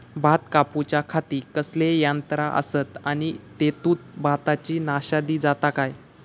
भात कापूच्या खाती कसले यांत्रा आसत आणि तेतुत भाताची नाशादी जाता काय?